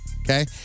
Okay